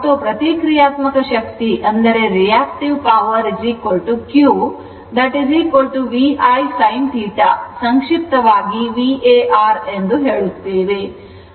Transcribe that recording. ಮತ್ತು ಪ್ರತಿಕ್ರಿಯಾತ್ಮಕ ಶಕ್ತಿ Q VIsin θ ಸಂಕ್ಷಿಪ್ತವಾಗಿ VAR ಎಂದು ಹೇಳುತ್ತೇವೆ